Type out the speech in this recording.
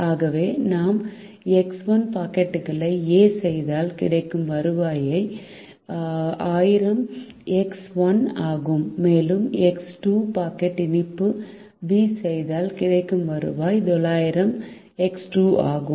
ஆகவே நாம் எக்ஸ் 1 பாக்கெட்டுகளை A செய்தால் கிடைக்கும் வருவாய் 1000 எக்ஸ் 1 ஆகும் மேலும் எக்ஸ் 2 பாக்கெட் இனிப்பு B செய்தால் கிடைக்கும் வருவாய் 900 எக்ஸ் 2 ஆகும்